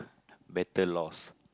better laws